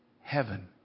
heaven